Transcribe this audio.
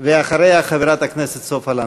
ואחריה, חברת הכנסת סופה לנדבר.